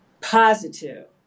positive